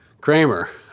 kramer